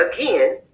again